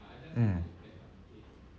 mm